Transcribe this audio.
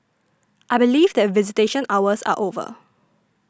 I believe that visitation hours are over